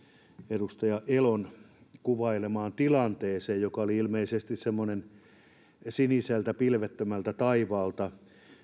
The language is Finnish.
edustaja elon kuvailemaan tilanteeseen joka oli ilmeisesti semmoinen siniseltä pilvettömältä taivaalta